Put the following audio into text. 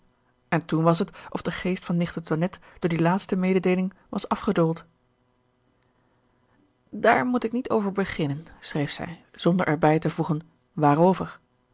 en toen was het of de geest van nicht de tonnette door die laatste mededeeling was afgedoold daar moet ik niet over beginnen schreef zij zonder er bij te voegen